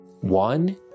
One